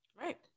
Right